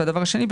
הדבר השני,